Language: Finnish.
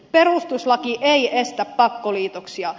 perustuslaki ei estä pakkoliitoksia